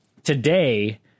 Today